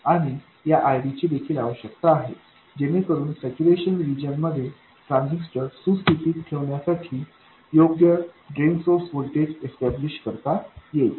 आणि या RD ची देखील आवश्यक आहे जेणेकरून सैच्यूरेशन रिजन मध्ये ट्रान्झिस्टर सुस्थितीत ठेवण्यासाठी योग्य ड्रेन सोर्स व्होल्टेज एस्टॅब्लिश करता येईल